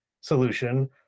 solution